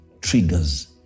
triggers